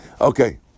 Okay